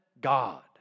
God